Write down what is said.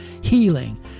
healing